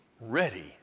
ready